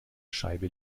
scheibe